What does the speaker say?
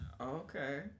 okay